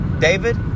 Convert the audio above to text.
David